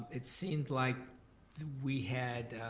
it seemed like we had